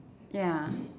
ya